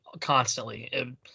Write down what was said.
constantly